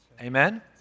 Amen